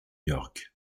york